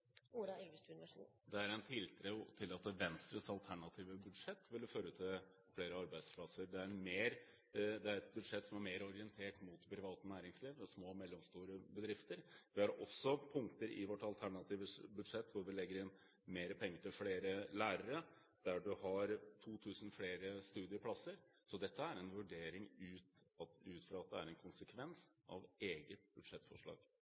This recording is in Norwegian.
det? Det er en tiltro til at Venstres alternative budsjett ville ført til flere arbeidsplasser. Det er et budsjett som er mer orientert mot det private næringsliv og små og mellomstore bedrifter. Vi har også punkter i vårt alternative budsjett hvor vi legger inn mer penger til flere lærere, bl.a. har vi lagt opp til 2 000 flere studieplasser. Så dette er en vurdering